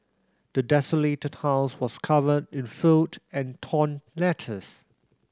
the desolated house was covered in filth and torn letters